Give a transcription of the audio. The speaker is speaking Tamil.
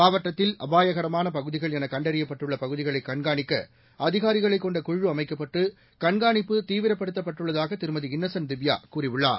மாவட்டத்தில் அபாயகரமான பகுதிகள் என கண்டறியப்பட்டுள்ள பகுதிகளை கண்காணிக்க அதிகாரிகளைக் கொண்ட குழு அமைக்கப்பட்டு கண்காணிப்பு தீவிரப்படுத்தப்பட்டுள்ளதாக திருமதி இன்னசென்ட் திவ்யா கூறியுள்ளார்